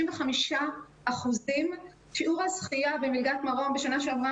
95%. שיעור הזכייה במלגת מרום בשנה שעברה